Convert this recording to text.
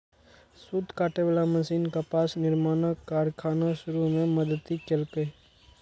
सूत काटे बला मशीन कपास निर्माणक कारखाना शुरू मे मदति केलकै